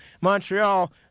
Montreal